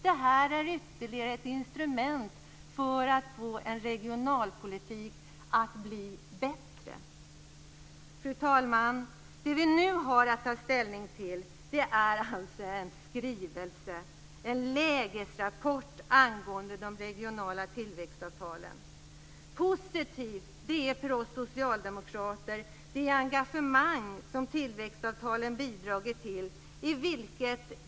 Det här är ytterligare ett instrument för att en regionalpolitik ska bli bättre. Fru talman! Det vi nu har att ta ställning till är alltså en skrivelse, en lägesrapport angående de regionala tillväxtavtalen. För oss socialdemokrater är det positivt med det engagemang som tillväxtavtalen har bidragit till.